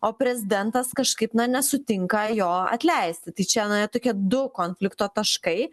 o prezidentas kažkaip na nesutinka jo atleisti tai čia na jie tokie du konflikto taškai